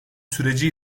süreci